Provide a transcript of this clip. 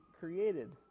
created